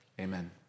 Amen